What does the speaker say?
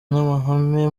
n’amahame